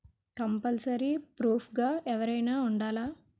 Compulsory proof గా ఎవరైనా ఉండాలా?